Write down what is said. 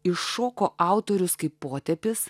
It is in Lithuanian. iššoko autorius kaip potėpis